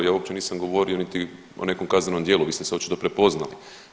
Ja uopće nisam govorio niti o nekom kaznenom djelu, vi ste se očito prepoznali.